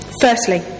Firstly